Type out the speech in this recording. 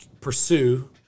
pursue